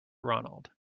ronald